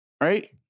right